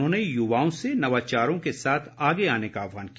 उन्होंने युवाओं से नवाचारों के साथ आगे आने का आहवान किया